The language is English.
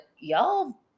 y'all